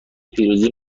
پیروزی